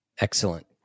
excellent